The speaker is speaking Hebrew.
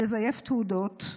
לזייף תעודות.